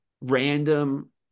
random